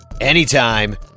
anytime